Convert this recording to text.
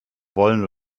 wollen